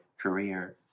career